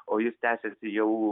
o jis tęsiasi jau